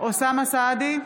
אוסאמה סעדי,